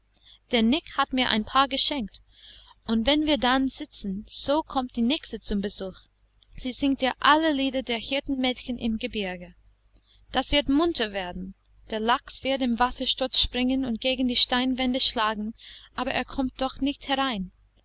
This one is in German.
der nick hat mir ein paar geschenkt und wenn wir dann sitzen so kommt die nixe zum besuch sie singt dir alle lieder der hirtenmädchen im gebirge das wird munter werden der lachs wird im wassersturz springen und gegen die steinwände schlagen aber er kommt doch nicht herein